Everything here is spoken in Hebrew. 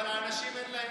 אבל אנשים אין להם כסף,